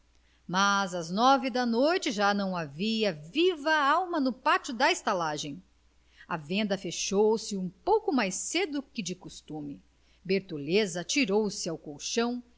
mas às nove da noite já não havia viva alma no pátio da estalagem a venda fechou-se um pouco mais cedo que de costume bertoleza atirou-se ao colchão